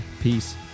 Peace